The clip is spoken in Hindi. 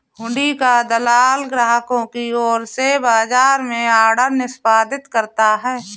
हुंडी का दलाल ग्राहकों की ओर से बाजार में ऑर्डर निष्पादित करता है